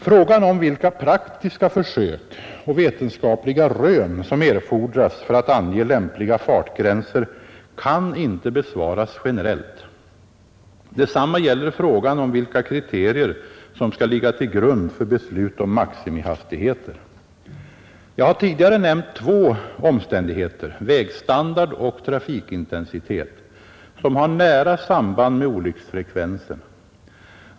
Frågan om vilka praktiska försök och vetenskapliga rön som erfordras för att ange lämpliga fartgränser kan inte besvaras generellt. Detsamma gäller frågan om vilka kriterier som skall ligga till grund för beslut om maximihastigheter. Jag har tidigare nämnt två omständigheter — vägstandard och trafikintensitet — som har nära samband med olycksfrekvensen.